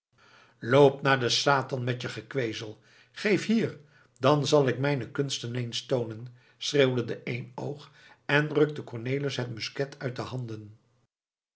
naar den satan met je gekwezel geef hier dan zal ik mijne kunsten eens toonen schreeuwde eenoog en rukte cornelis het musket uit de handen